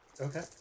Okay